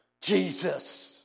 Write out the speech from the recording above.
Jesus